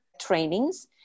trainings